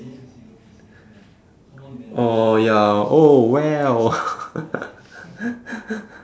oh ya oh well